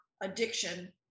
addiction